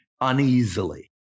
uneasily